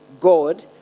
God